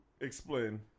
Explain